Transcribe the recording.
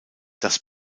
das